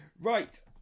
Right